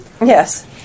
Yes